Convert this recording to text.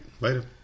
Later